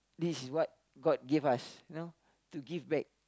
this is what god give us you know to give back